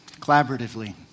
collaboratively